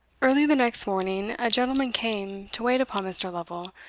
early the next morning, a gentleman came to wait upon mr. lovel,